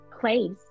place